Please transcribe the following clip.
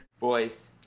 Boys